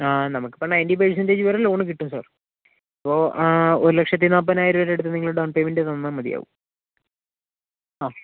ആ നമുക്ക് ഇപ്പോൾ നൈൻറ്റി പെർസെൻറ്റേജ് വരെ ലോൺ കിട്ടും സാർ അപ്പോൾ ആ ഒരു ലക്ഷത്തിനാൽപതിനായിരം രൂപയുടെ അടുത്ത് നിങ്ങൾ ഡൗൺ പേയ്മെൻറ്റ് തന്നാൽ മതിയാവും ആ